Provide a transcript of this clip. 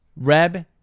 Reb